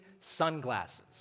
sunglasses